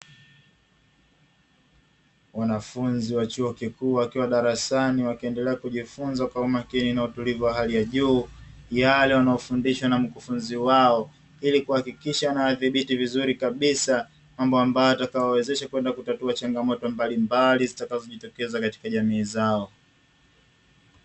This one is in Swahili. Wanafunzi wa chuo kikuu wakiwa darasani wakiendelea kujifunza kwa umakini na utulivu wa hali ya juu, yale wanayofundishwa na mkufunzi wao, ili kuhakikisha wanayadhibiti vizuri kabisa, mambo ambayo yatakayowawezesha kwenda kutatua changamoto mbalimbali, zitakazojitokeza katika jamii zao.